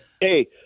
hey